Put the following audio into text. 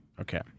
Okay